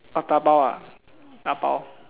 orh dabao ah dabao